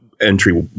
entry